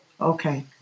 Okay